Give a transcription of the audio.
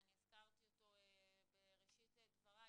ואני הזכרתי אותו בראשית דבריי,